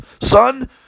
son